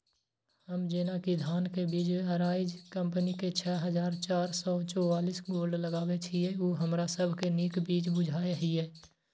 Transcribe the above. हम जेना कि धान के बीज अराइज कम्पनी के छः हजार चार सौ चव्वालीस गोल्ड लगाबे छीय उ हमरा सब के नीक बीज बुझाय इय?